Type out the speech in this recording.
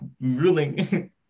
ruling